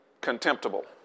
contemptible